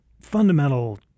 fundamental